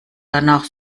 danach